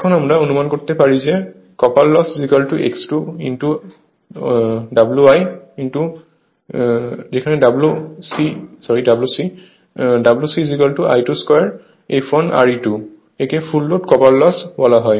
এখন আমরা অনুমান করতে পারি যে copper loss X2 Wc Wc I2 2 fl Re2 একে ফুল লোড কপার লস বলা হয়